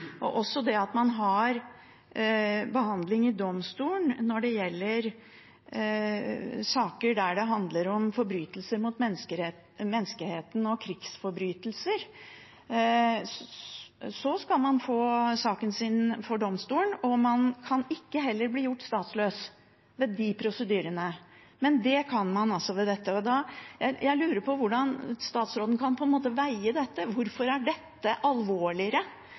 Man har også behandling i domstolene når det gjelder saker der det handler om forbrytelser mot menneskeheten og krigsforbrytelser – da skal man få saken sin opp for domstolen, og man kan heller ikke bli gjort statsløs ved de prosedyrene, men det kan man altså ved dette. Jeg lurer på hvordan statsråden på en måte kan veie dette – hvorfor er dette alvorligere